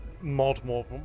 multiple